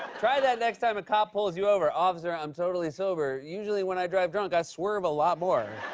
try that next time a cop pulls you over. officer, i'm totally sober. usually when i drive drunk, i swerve a lot more.